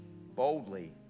boldly